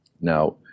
Now